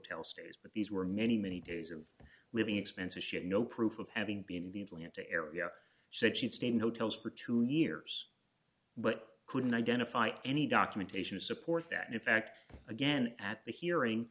hotel stays but these were many many days of living expenses shit no proof of having been in the atlanta area said she'd stayed in hotels for two years but couldn't identify any documentation to support that in fact again at the hearing